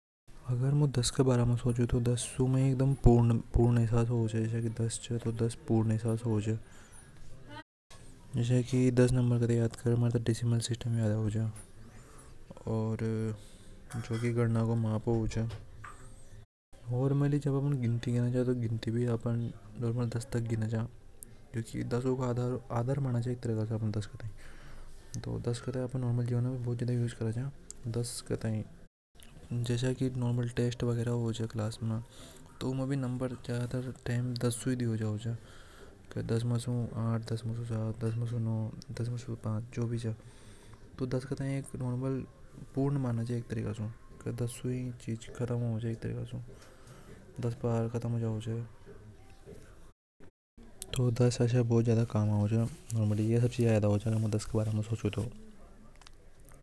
अगर मु दस के बारे मु सोचो तो दस के बारे में पूर्ण अहसास होवे च दस डेसिमल होवे ओर अपन गिनती भी गाना तो दस आधार होवे च दस को अपन बहुत जगह यूएस करता च। क्लास में नंबर देवे च तो दस में से ही देवे च दस में सी। आठ दस में से सात दस में से पांच तो एक दम पुरान च। तो दस बहुत कम को नंबर च।